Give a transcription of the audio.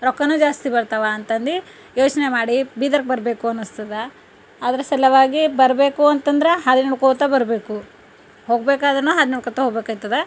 ರೊಕ್ಕನೂ ಜಾಸ್ತಿ ಬರ್ತಾವ ಅಂತಂದು ಯೋಚನೆ ಮಾಡಿ ಬೀದರ್ಕ್ಕ ಬರಬೇಕು ಅನಿಸ್ತದ ಅದರ ಸಲುವಾಗಿ ಬರಬೇಕು ಅಂತಂದ್ರೆ ಹಾದಿನೋಡ್ಕೋತ್ತ ಬರಬೇಕು ಹೋಗಬೇಕಾದ್ರು ಹಾದಿನುಕುತ್ತ ಹೋಗಬೇಕಾಯ್ತದ